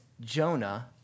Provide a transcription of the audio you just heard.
Jonah